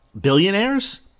billionaires